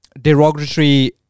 derogatory